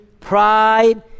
pride